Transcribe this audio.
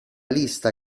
lista